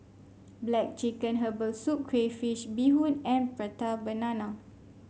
black chicken Herbal Soup Crayfish Beehoon and Prata Banana